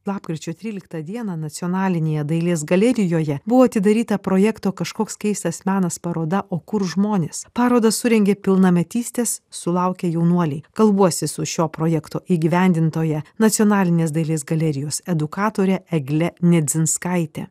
lapkričio tryliktą dieną nacionalinėje dailės galerijoje buvo atidaryta projekto kažkoks keistas menas paroda o kur žmonės parodą surengė pilnametystės sulaukę jaunuoliai kalbuosi su šio projekto įgyvendintoja nacionalinės dailės galerijos edukatore egle nedzinskaite